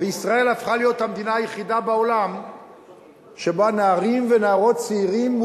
וישראל הפכה להיות המדינה היחידה בעולם שבה נערים ונערות צעירים,